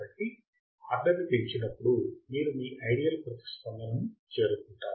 కాబట్టి మీరు ఆర్డర్ ని పెంచినప్పుడు మీరు మీ ఐడియల్ ప్రతిస్పందనను చేరుకుంటారు